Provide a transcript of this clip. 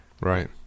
Right